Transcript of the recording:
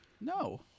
No